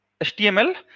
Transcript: HTML